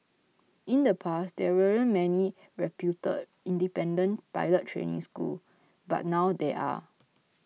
in the past there weren't many reputed independent pilot training school but now there are